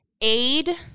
aid